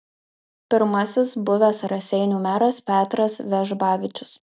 pirmasis buvęs raseinių meras petras vežbavičius